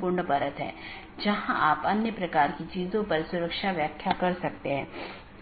protocol में परिभाषित नहीं किया जाता है बल्कि उनका उपयोग BGP डिवाइस को कॉन्फ़िगर करने के लिए किया जाता है